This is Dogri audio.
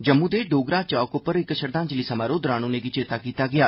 जम्मू दे डोगरा चौक उप्पर इक श्रदधांजलि समारोह दौरान उनें'गी चेता कीता गेआ